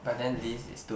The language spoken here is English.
but then Liz is too